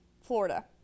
Florida